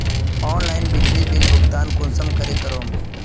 Online बिजली bill भुगतान कुंसम करे करूम?